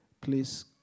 Please